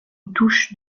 touche